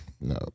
No